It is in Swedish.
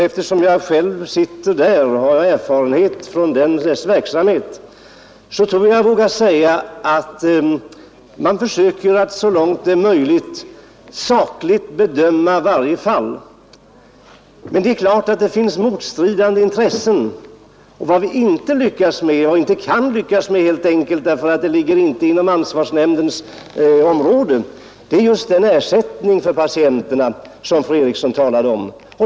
Eftersom jag sitter där och har erfarenhet från dess verksamhet, tror jag att jag vågar säga att man försöker så långt möjligt sakligt bedöma varje fall. Men det finns givetvis motstridande intressen. Vad vi inte lyckats med och inte kan lyckas med därför att det inte ligger inom ansvarsnämndens område är att ordna den ersättning för patienterna som fru Eriksson talade om.